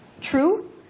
true